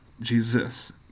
Jesus